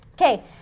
Okay